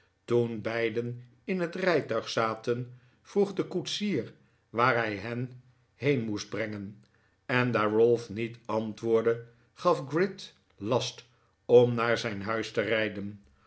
toen beiden in het rijtuig zaten vroeg de koetsier waar hij hen heen moest brengen en daar ralph niet antwoordde gaf gride last om naar zijn huis te rijden